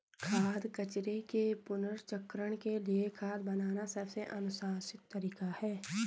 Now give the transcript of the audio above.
खाद्य कचरे के पुनर्चक्रण के लिए खाद बनाना सबसे अनुशंसित तरीका है